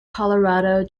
colorado